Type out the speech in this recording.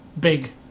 Big